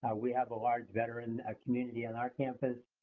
ah we have a large veteran ah community on our campus.